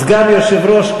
סגן יושב-ראש,